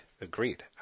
Agreed